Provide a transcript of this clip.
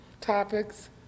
topics